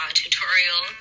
tutorial